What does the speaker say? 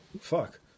fuck